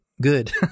good